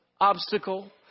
obstacle